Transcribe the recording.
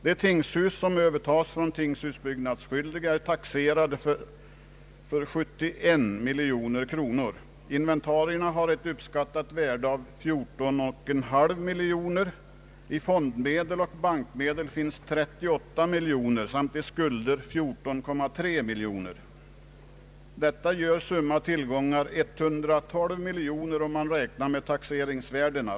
De tingshus som övertas från tingshusbyggnadsskyldige är taxerade till 71 miljoner kronor; inventarierna har ett uppskattat värde av 14,5 miljoner kronor; i fondmedel och bankmedel finns 38 miljoner kronor samt i skulder 14,3 miljoner kronor. Detta gör att summa tillgångar är 112 miljoner kronor, om man räknar med taxeringsvärdena.